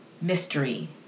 Mystery